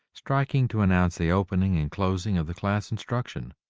striking to announce the opening and closing of the class instruction.